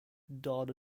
data